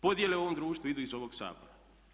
Podjele u ovom društvu idu iz ovog Sabora.